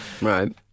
Right